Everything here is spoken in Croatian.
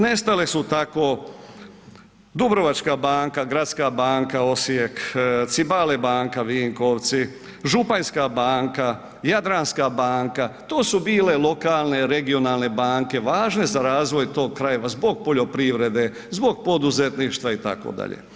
Nestale su tako Dubrovačka banka, Gradska banka Osijek, Cibale banka Vinkovci, Županjska banka, Jadranska banka, to su bile lokalne, regionalne banke važne za razvoj tog kraja zbog poljoprivrede, zbog poduzetništva itd.